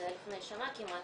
זה היה לפני שנה כמעט,